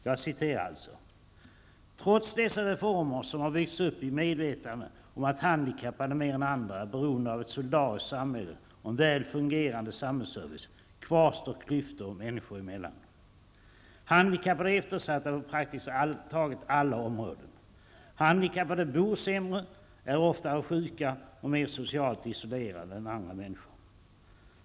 Jag citerar alltså: ''Trots dessa reformer, som har byggts upp i medvetande om att handikappade mer än andra är beroende av ett solidariskt samhälle och en väl fungerande samhällsservice, kvarstår klyftor människor emellan. Handikappade är eftersatta på praktiskt taget alla områden. Handikappade bor sämre, är oftare sjuka och mer socialt isolerade än andra människor.